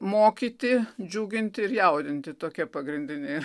mokyti džiuginti ir jaudinti tokie pagrindiniai